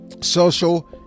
social